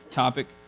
topic